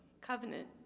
covenant